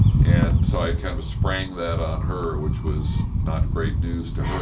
and so i kind of sprang that on her, which was not great news to her,